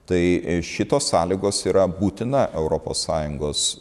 tai šitos sąlygos yra būtina europos sąjungos